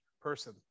person